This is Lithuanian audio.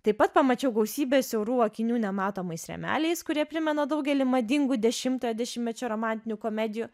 taip pat pamačiau gausybę siaurų akinių nematomais rėmeliais kurie primena daugelį madingų dešimtojo dešimtmečio romantinių komedijų